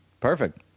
Perfect